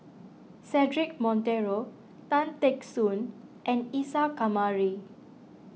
Cedric Monteiro Tan Teck Soon and Isa Kamari